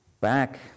Back